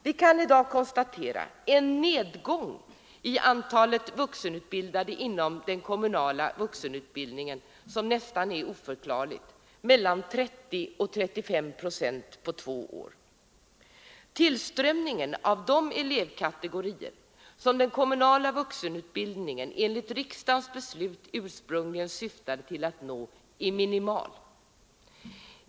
Vi kan i dag konstatera en nedgång i antalet vuxenutbildade inom den kommunala vuxenundervisningen som är nästan oförklarlig, mellan 30 och 35 procent på två år. Tillströmningen av de elevkategorier som den kommunala vuxenutbildningen enligt riksdagens beslut ursprungligen syftade till att nå är minimal.